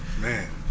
Man